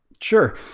Sure